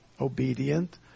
obedient